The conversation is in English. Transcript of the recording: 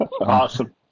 Awesome